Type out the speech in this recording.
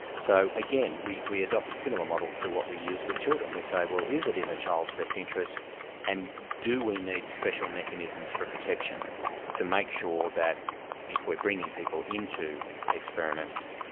so again, we we adopt a similar model to what we use with children. we say, well is it in the child's best interest and do we need special mechanisms for protection to make sure that if we're bringing people into experiments,